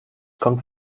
kommt